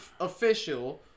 official